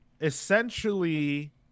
essentially